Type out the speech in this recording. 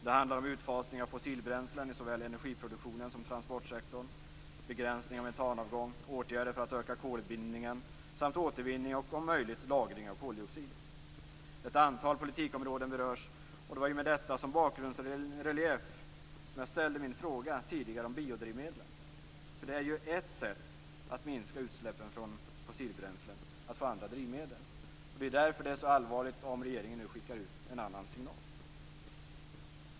Det handlar om utfasning av fossilbränslen i såväl energiproduktionen som transportsektorn, begränsning av metanavgång, åtgärder för att öka kolbindningen samt återvinning och om möjligt lagring av koldioxid. Ett antal politikområden berörs, och det var med detta som bakgrundsrelief som jag tidigare ställde min fråga om biodrivmedlen. Att få andra drivmedel är ett sätt att minska utsläppen från fossilbränslen. Det är därför som det är så allvarligt om regeringen nu skickar ut en annan signal.